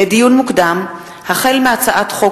לדיון מוקדם: החל בהצעת חוק